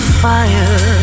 fire